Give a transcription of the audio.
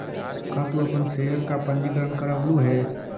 का तू अपन शेयर का पंजीकरण करवलु हे